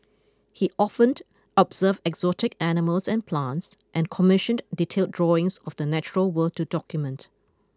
he often observed exotic animals and plants and commissioned detailed drawings of the natural world to document